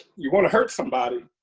you want to hurt somebody,